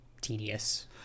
tedious